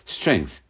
strength